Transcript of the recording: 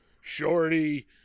Shorty